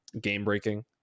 game-breaking